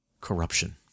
corruption